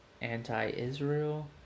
anti-Israel